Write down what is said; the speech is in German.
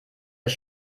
ist